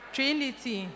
Trinity